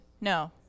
No